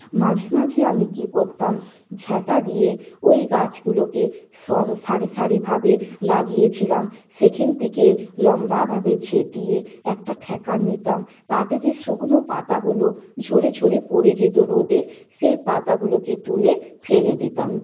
মাঝেমাঝে আমি কি করতাম ঝাঁটা দিয়ে ওই গাছগুলোকে সরে সারি সারিভাবে লাগিয়েছিলাম সেইখান থেকে লম্বাভাবে ঝেঁটিয়ে একটা ঠেকা নিতাম তাতে যে শুকনো পাতাগুলো ঝরে ঝরে পড়ে যেত রোদে সেই পাতাগুলোকে তুলে ফেলে দিতাম